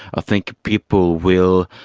i think people will,